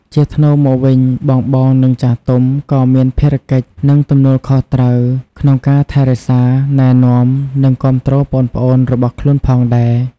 ជាថ្នូរមកវិញ បងៗ និងចាស់ទុំ ក៏មានភារកិច្ច និងទំនួលខុសត្រូវក្នុងការថែរក្សា ណែនាំ និងគាំទ្រប្អូនៗរបស់ខ្លួនផងដែរ។